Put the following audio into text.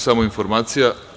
Samo informacija.